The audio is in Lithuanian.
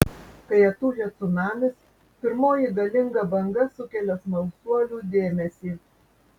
kai atūžia cunamis pirmoji galinga banga sukelia smalsuolių dėmesį